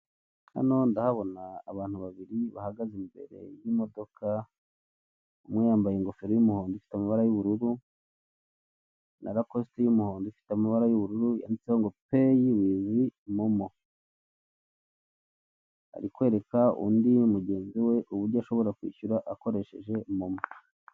Hano ndahabona abantu babiri bahagaze imbere y'imodoka, umwe yambaye ingofero y'umuhondo ifite amabara y'ubururu na rakositi y'umuhondo ifite amabara y'ubururu, yanditseho ngo peyi wivu momo. Ari kwereka undi mugenzi we uburyo ashobora kwishyura akoresheje momo.